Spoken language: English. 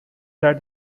that